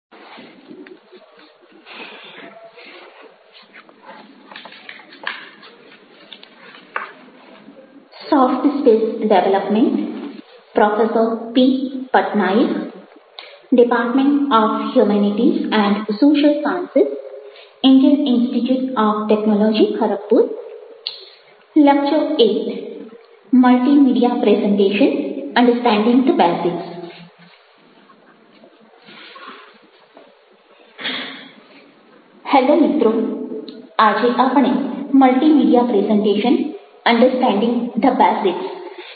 hello મિત્રો આજે આપણે multimedia presentation understanding the basics Multimedia Presentation Understandings the basics જોવાના છીએ